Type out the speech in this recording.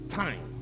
time